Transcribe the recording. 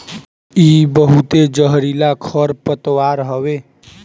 इ बहुते जहरीला खरपतवार हवे